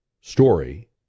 story